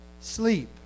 sleep